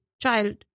child